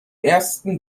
ersten